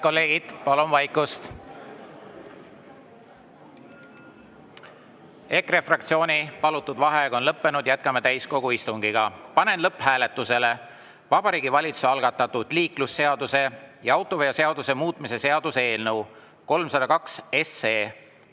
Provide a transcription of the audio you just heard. Head kolleegid, palun vaikust! EKRE fraktsiooni palutud vaheaeg on lõppenud. Jätkame täiskogu istungit. Panen lõpphääletusele Vabariigi Valitsuse algatatud liiklusseaduse ja autoveoseaduse muutmise seaduse eelnõu 302.